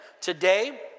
Today